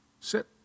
Sit